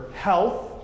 health